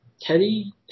Teddy